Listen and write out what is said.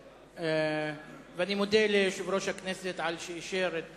שמספרה 488. אני מודה ליושב-ראש הכנסת על שאישר את